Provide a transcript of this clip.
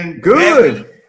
Good